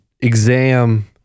exam